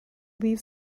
leaves